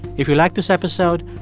if you liked this episode,